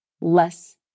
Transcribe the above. less